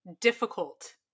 difficult